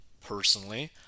personally